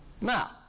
Now